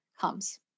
comes